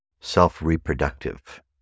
self-reproductive